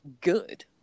good